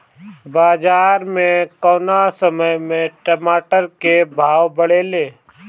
बाजार मे कौना समय मे टमाटर के भाव बढ़ेले?